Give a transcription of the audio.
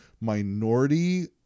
minority